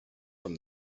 from